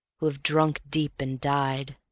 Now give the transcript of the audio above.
who have drunk deep and died.